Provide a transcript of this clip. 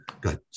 good